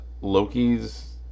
Loki's